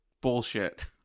bullshit